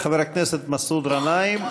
חבר הכנסת מסעוד גנאים,